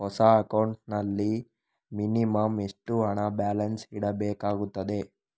ಹೊಸ ಅಕೌಂಟ್ ನಲ್ಲಿ ಮಿನಿಮಂ ಎಷ್ಟು ಹಣ ಬ್ಯಾಲೆನ್ಸ್ ಇಡಬೇಕಾಗುತ್ತದೆ?